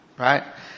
Right